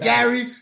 Gary